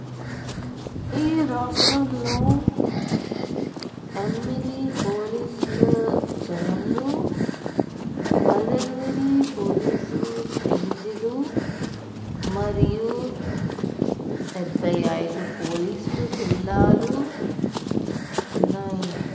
ఈ రాష్ట్రంలో ఎనిమిది పోలీసుల జోన్లు పద్దెనిమిది పోలీసు రేంజిలు మరియు డెబ్బై ఐదు పోలీసులు జిల్లాలు ఉన్నాయి